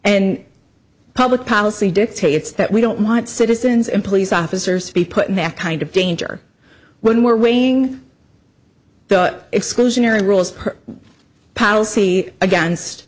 and public policy dictates that we don't want citizens and police officers to be put in that kind of danger when we're weighing the exclusionary rules pottle see against